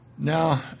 Now